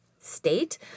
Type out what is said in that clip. state